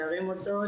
להרים אותו,